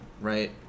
right